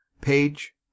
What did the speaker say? page